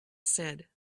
said